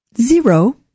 zero